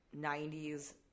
90s